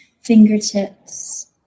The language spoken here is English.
fingertips